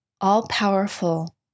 all-powerful